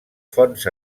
fonts